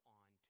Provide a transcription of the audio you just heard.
on